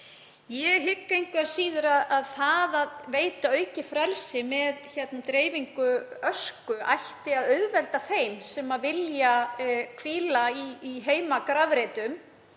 Ég hygg engu að síður að það að veita aukið frelsi með dreifingu ösku ætti að auðvelda þeim sem vilja hvíla í heimagrafreitum